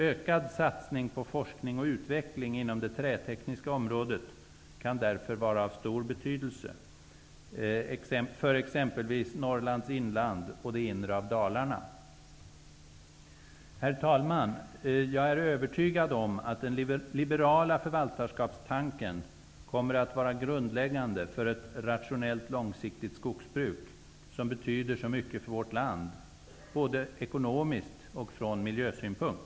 Ökad satsning på forskning och utveckling inom det trätekniska området kan därför vara av stor betydelse för exempelvis Herr talman! Jag är övertygad om att den liberala förvaltarskapstanken kommer att vara grundläggande för ett rationellt långsiktigt skogsbruk, som betyder så mycket för vårt land, både ekonomiskt och från miljösynpunkt.